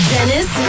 Dennis